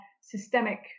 systemic